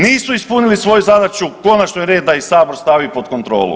Nisu ispunili svoju zadaću, konačno je red da ih Sabor stavi pod kontrolu.